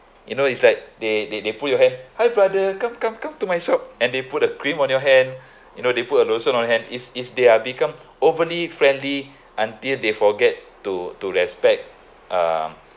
you know it's like they they they pull your hand hi brother come come come to my shop and they put a cream on your hand you know they put a lotion on your hand is is they are become overly friendly until they forget to to respect um